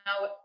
now